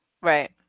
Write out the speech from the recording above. Right